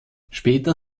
später